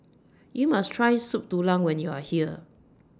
YOU must Try Soup Tulang when YOU Are here